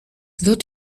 wird